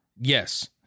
yes